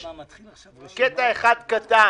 יש קטע אחד קטן